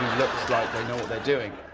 like they know what they're doing.